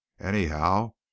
anyhow